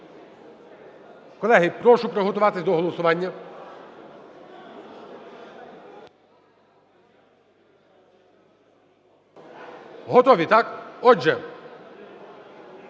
Колеги, прошу приготуватись до голосування. Готові так? Отже,